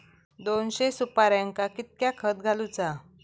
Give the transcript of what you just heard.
दोनशे सुपार्यांका कितक्या खत घालूचा?